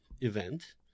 event